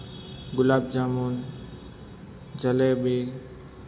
ગુલાબ jamun jalebi